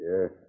Yes